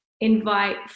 invite